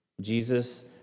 Jesus